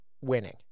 winning